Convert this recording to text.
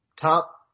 top